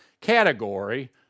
category